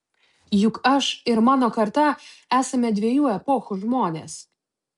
juk aš ir mano karta esame dviejų epochų žmonės